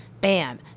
bam